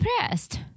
depressed